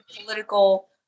political